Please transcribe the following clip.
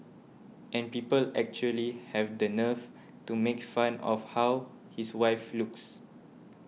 and people actually have the nerve to make fun of how his wife looks